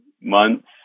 months